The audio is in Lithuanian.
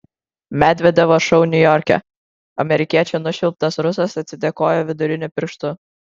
medvedevo šou niujorke amerikiečių nušvilptas rusas atsidėkojo viduriniu pirštu